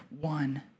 one